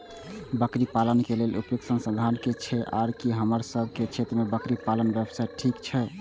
बकरी पालन के लेल उपयुक्त संसाधन की छै आर की हमर सब के क्षेत्र में बकरी पालन व्यवसाय ठीक छै?